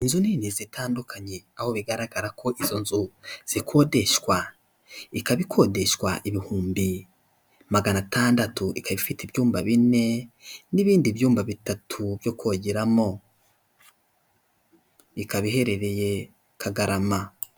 Inzu nini zitandukanye aho bigaragara ko izo nzu zikodeshwa, ikaba ikodeshwa ibihumbi magana atandatu, ikaba ifite ibyumba bine n'ibindi byumba bitatu byo kogeramo, ikaba iherereye Kagarama.